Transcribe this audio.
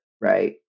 right